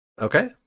Okay